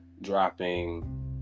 dropping